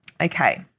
Okay